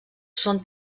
són